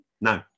No